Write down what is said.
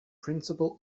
principal